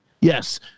yes